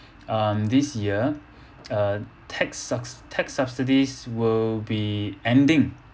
um this year uh tax subs~ tax subsidies will be ending